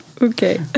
Okay